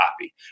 copy